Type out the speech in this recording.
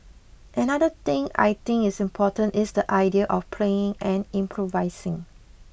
another thing I think is important is the idea of playing and improvising